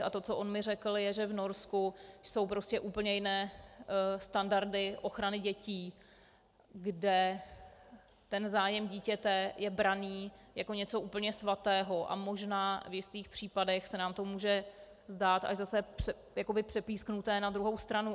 A to, co on mi řekl, je, že v Norsku jsou prostě úplně jiné standardy ochrany dětí, kde zájem dítěte je braný jako něco úplně svatého, a možná v jistých případech se nám to může zdát až zase přepísknuté na druhou stranu.